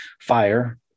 Fire